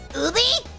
oobbee?